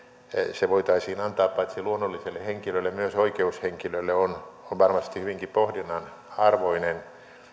se voitaisiin antaa paitsi luonnolliselle henkilölle myös oikeushenkilölle on on varmasti hyvinkin pohdinnan arvoinen